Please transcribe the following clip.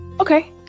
Okay